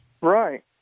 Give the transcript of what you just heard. Right